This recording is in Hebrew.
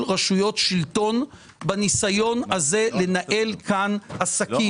רשויות שלטון בניסיון הזה לנהל כאן עסקים,